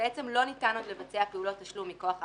בעצם לא ניתן עוד לבצע פעולות תשלום מכוח ההרשאה.